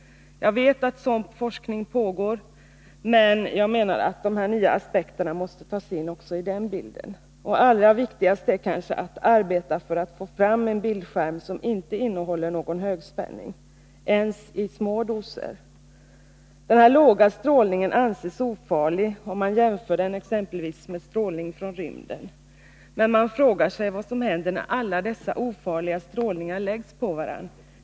Jag vet att sådan forskning pågår men menar att även de nya aspekterna måste tas med. Allra viktigast är kanske att arbeta för att få fram en bildskärm, som inte ens i små doser innehåller någon högspänning. Den låga strålningen anses ofarlig, om man jämför den exempelvis med strålning från rymden. Men man frågar sig vad som händer när alla dessa ofarliga strålningar läggs på varandra.